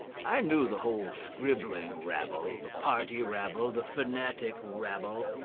i knew the whole scribbling rabble, the party rabble, the fanatic rabble.